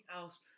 else